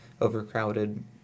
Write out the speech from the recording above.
overcrowded